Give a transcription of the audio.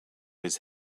his